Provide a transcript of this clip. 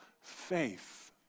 faith